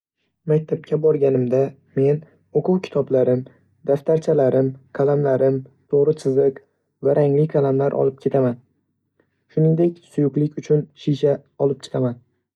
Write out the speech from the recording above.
Maktabga borganimda, men o'quv kitoblarim, daftarchalarim, qalamlarim, to'g'ri chiziq va rangli qalamlar olib ketaman. Shuningdek, suyuqlik uchun shisha olib chiqaman.